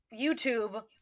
YouTube